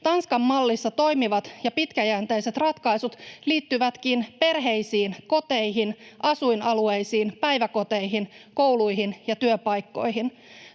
Tanskan mallissa toimivat ja pitkäjänteiset ratkaisut liittyvätkin perheisiin, koteihin, asuinalueisiin, päiväkoteihin, kouluihin ja työpaikkoihin.